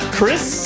Chris